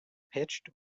pitched